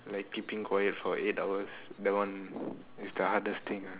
like keeping quiet for eight hours that one is the hardest thing ah